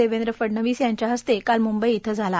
देवेंद्र फडणवीस यांच्या हस्ते काल मुंबई इयं झाला